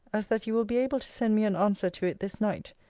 as that you will be able to send me an answer to it this night,